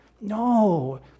No